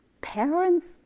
parents